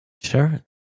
sure